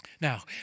Now